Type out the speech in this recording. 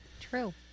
True